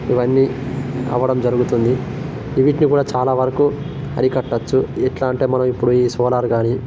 ఇవన్నీ అవడం జరుగుతుంది ఈ వీటిని కూడా చాలా వరకు అరికట్టచ్చు ఇట్లా అంటే మనం ఇప్పుడు ఈ సోలార్ గానీ